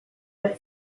but